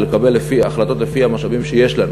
ולקבל החלטות לפי המשאבים שיש לנו,